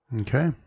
Okay